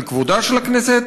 על כבודה של הכנסת,